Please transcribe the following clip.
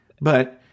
But-